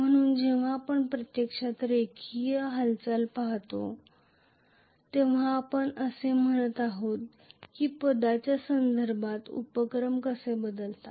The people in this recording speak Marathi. म्हणून जेव्हा आपण प्रत्यक्षात रेषीय हालचाली पहात आहोत तेव्हा आपण असे म्हणत आहोत की पदाच्या संदर्भात इंडक्टन्स कसे बदलतात